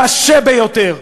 קשה ביותר,